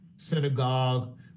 synagogue